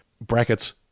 brackets